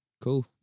Cool